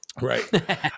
Right